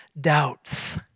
doubts